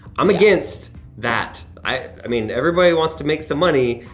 i'm against that. i mean, everybody wants to make some money,